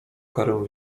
karę